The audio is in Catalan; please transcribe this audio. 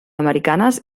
americanes